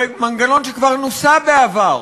מנגנון שכבר נוסה בעבר